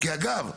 כי אגב,